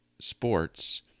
sports